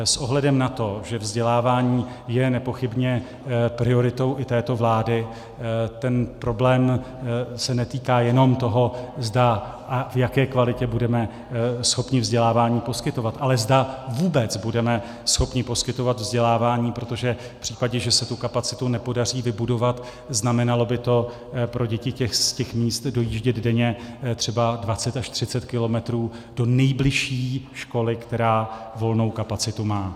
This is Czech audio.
S ohledem na to, že vzdělávání je nepochybně prioritou i této vlády, ten problém se netýká jenom toho, zda a v jaké kvalitě budeme schopni vzdělávání poskytovat, ale zda vůbec budeme schopni poskytovat vzdělávání, protože v případě, že se tu kapacitu nepodaří vybudovat, znamenalo by to pro děti z těch míst dojíždět denně třeba 20 až 30 km do nejbližší školy, která volnou kapacitu má.